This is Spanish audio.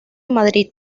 madrid